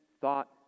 thought